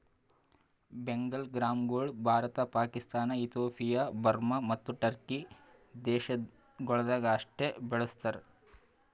ಬೆಂಗಾಲ್ ಗ್ರಾಂಗೊಳ್ Bharat, Pakistan, Ethiopia, Burma ಮತ್ತ Turkey ದೇಶಗೊಳ್ದಾಗ್ ಅಷ್ಟೆ ಬೆಳುಸ್ತಾರ್